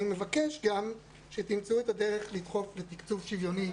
אני מבקש גם שתמצאו דרך לדחוף לתקצוב שוויוני